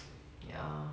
ya